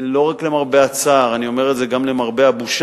לא רק למרבה הצער, אני אומר את זה גם למרבה הבושה,